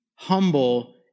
humble